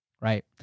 right